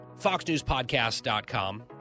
FoxNewsPodcast.com